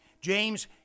James